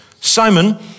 Simon